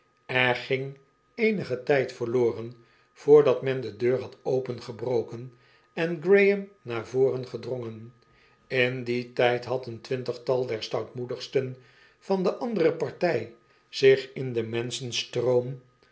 ging eenigen tijd verloren voordat men de deur had opengebroken en graham naar voren gedrongen in dien tijd had een twintigtal der stoutmoedigsten van de andere partij zich in den